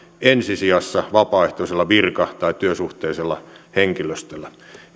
ensisijassa vapaaehtoisella virka tai työsuhteisella henkilöstöllä